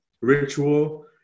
Ritual